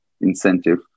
incentive